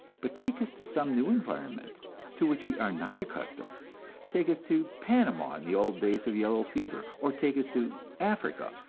but take us to some new environment to which we are not accustomed take us to panama in the old days of yellow fever, or take us to africa,